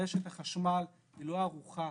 רשת החשמל לא ערוכה